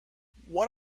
what